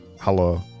hello